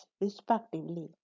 respectively